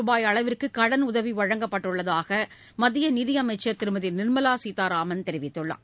ரூபாய் அளவிற்கு கடனுதவி வழங்கப்பட்டுள்ளதாக மத்திய நிதியமைச்சர் திருமதி நிர்மலா சீதாராமன் தெரிவித்துள்ளார்